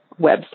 website